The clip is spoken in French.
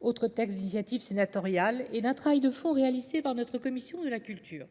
autres textes d'initiative sénatoriale et d'un travail de fond réalisé par notre commission de la culture.